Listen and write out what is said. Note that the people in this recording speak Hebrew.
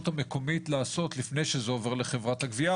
המקומית לעשות לפני שזה עובר לחברת הגבייה,